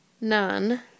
none